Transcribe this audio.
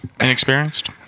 inexperienced